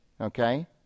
okay